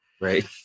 Right